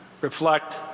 reflect